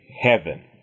Heaven